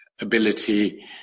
ability